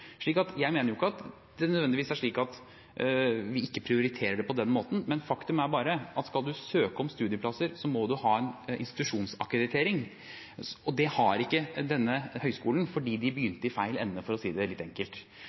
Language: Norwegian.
Jeg mener ikke at det nødvendigvis er slik at vi ikke prioriterer det på den måten. Faktum er bare at skal du søke om studieplasser, må du ha en institusjonsakkreditering. Det har ikke denne høyskolen, fordi de begynte i feil ende, for å si det litt enkelt.